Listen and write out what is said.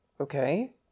Okay